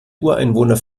ureinwohner